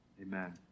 Amen